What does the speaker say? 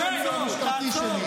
מהשירות הצבאי שלי או המשטרתי שלי.